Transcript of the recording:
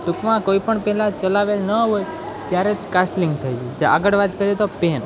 ટુંકમાં કોઈ પણ પહેલાં ચલાવેલ ન હોય ત્યારે જ કાષ્ટલિંગ થઈ આગળ વાત કરીએ તો પેન